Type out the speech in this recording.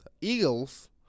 Eagles